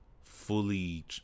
Fully